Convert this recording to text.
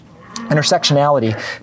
intersectionality